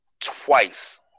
twice